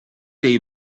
dei